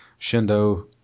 Shindo